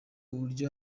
uburyo